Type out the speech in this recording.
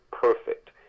perfect